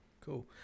cool